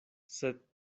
sed